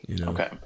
okay